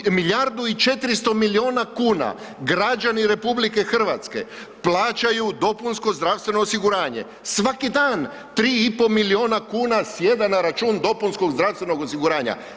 Milijun i, milijardu i 400 milijuna kuna građani RH plaćaju dopunsko zdravstveno osiguranje, svaki dan 3 i pol milijuna kuna sjeda na račun dopunskog zdravstvenog osiguranja.